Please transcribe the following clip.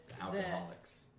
alcoholics